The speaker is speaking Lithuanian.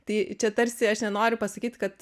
tai čia tarsi aš nenoriu pasakyt kad